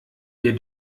wir